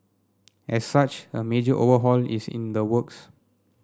as such a major overhaul is in the works